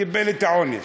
קיבל את העונש.